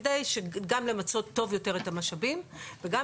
גם כדי למצות טוב יותר את המשאבים וגם